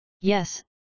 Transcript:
Yes